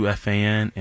fan